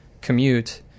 commute